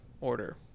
order